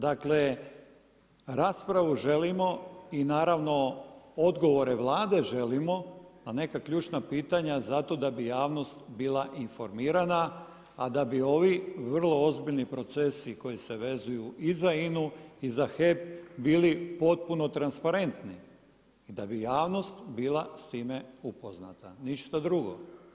Dakle raspravu želimo i naravno odgovore Vlade želimo na neka ključna pitanja zato da bi javnost bila informirana, a da bi ovi vrlo ozbiljni procesi koji se vezuju i za INA-u i za HEP bili potpuno transparentni i da bi javnost bila s time upoznata, ništa drugo.